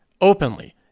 openly